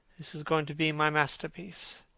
this is going to be my masterpiece.